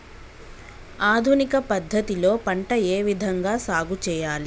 ఆధునిక పద్ధతి లో పంట ఏ విధంగా సాగు చేయాలి?